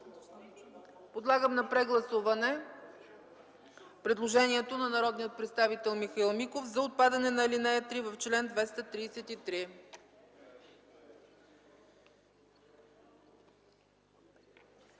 Подлагам на прегласуване предложението на народния представител Михаил Миков за отпадане на ал. 3 в чл. 233.